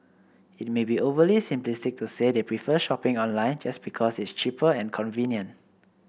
it may be overly simplistic to say they prefer shopping online just because it's cheaper and convenient